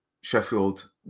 Sheffield